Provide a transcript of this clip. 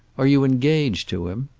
are you engaged to him?